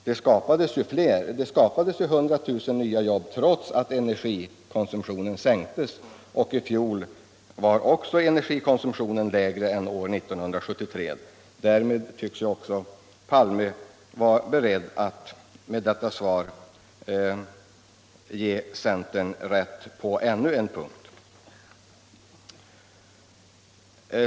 Det skapades ju 100 000 nya jobb detta år, trots att energikonsumtionen sänktes. Även i fjol var energikonsumtionen lägre än under 1973. Därmed tycks herr Palme vara beredd att med sitt svar ge centern rätt på ännu en punkt.